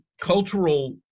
cultural